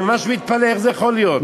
אני ממש מתפלא איך זה יכול להיות.